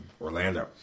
Orlando